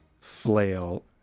flail